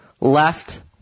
left